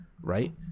right